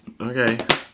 Okay